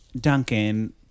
Duncan